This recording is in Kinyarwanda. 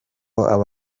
w’aho